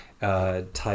Type